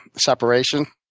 separation.